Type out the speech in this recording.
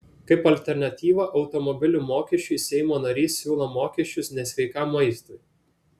kaip alternatyvą automobilių mokesčiui seimo narys siūlo mokesčius nesveikam maistui